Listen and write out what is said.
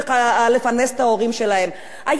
היה פה לפני כמה דקות השר ארדן,